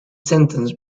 sentence